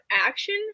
action